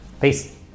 Peace